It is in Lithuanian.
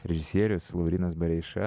režisierius laurynas bareiša